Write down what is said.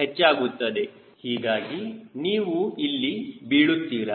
ಹೆಚ್ಚಾಗುತ್ತದೆ ಹೀಗಾಗಿ ನೀವು ಇಲ್ಲಿ ಬೀಳುತ್ತಿತ್ತೀರಾ